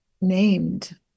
named